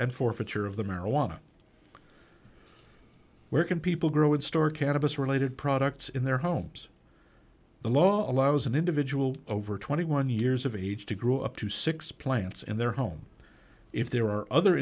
and forfeiture of the marijuana where can people grow and store cannabis related products in their homes the law allows an individual over twenty one years of age to grow up to six plants in their home if there are other